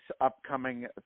upcoming